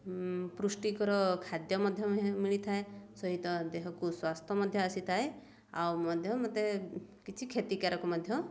ପୃଷ୍ଟିକର ଖାଦ୍ୟ ମଧ୍ୟ ମିଳିଥାଏ ସହିତ ଦେହକୁ ସ୍ୱାସ୍ଥ୍ୟ ମଧ୍ୟ ଆସିଥାଏ ଆଉ ମଧ୍ୟ ମତେ କିଛି କ୍ଷତିକାରକ ମଧ୍ୟ